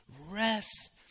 rest